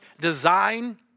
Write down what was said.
design